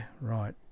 right